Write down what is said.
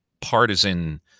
partisan